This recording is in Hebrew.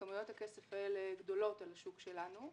וכמויות הכסף האלה גדולות על השוק שלנו.